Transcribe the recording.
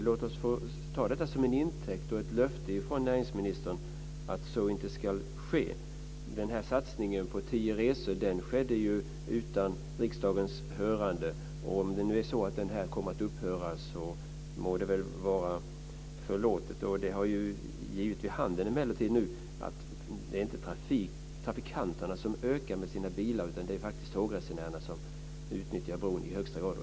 Låt oss ta detta som ett löfte från näringsministern att så inte ska ske. Satsningen på tio resor skedde utan riksdagens hörande. Om den kommer att upphöra må det vara förlåtet. Det har emellertid givit vid handen att det inte är biltrafiken som ökar utan tågtrafiken. Tågresenärerna utnyttjar bron i högsta grad.